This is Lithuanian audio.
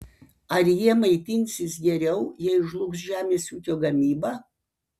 ar jie maitinsis geriau jei žlugs žemės ūkio gamyba